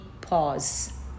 pause